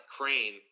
Crane